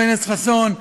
חבר הכנסת חסון,